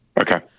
okay